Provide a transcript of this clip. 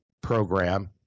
program